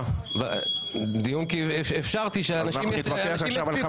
אפשרתי, כדי שאנשים יספיקו.